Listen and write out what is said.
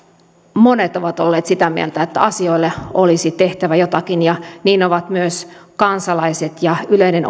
monet ovat olleet sitä mieltä että asioille olisi tehtävä jotakin ja niin ovat myös kansalaiset ja yleinen